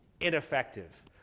ineffective